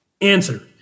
Answer